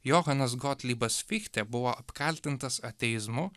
johanas gotlybas fichtė buvo apkaltintas ateizmu